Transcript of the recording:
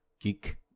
geek